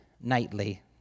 nightly